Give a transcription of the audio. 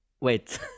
wait